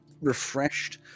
refreshed